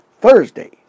Thursday